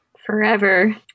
Forever